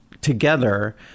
together